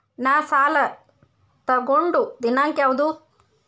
ನಾ ಸಾಲ ತಗೊಂಡು ದಿನಾಂಕ ಯಾವುದು?